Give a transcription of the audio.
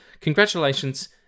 congratulations